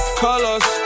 colors